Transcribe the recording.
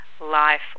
life